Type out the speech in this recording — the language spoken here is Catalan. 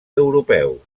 europeus